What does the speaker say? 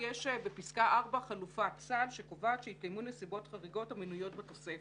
ובפסקה 4 יש חלופת סל שקובעת שיתקיימו נסיבות חריגות המנויות בתוספת.